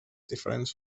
diferents